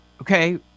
Okay